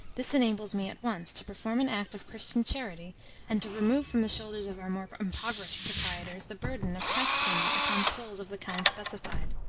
this enables me at once to perform an act of christian charity and to remove from the shoulders of our more impoverished proprietors the burden of tax-payment upon souls of the kind specified.